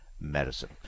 Medicine